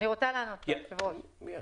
הוא אומר: